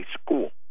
school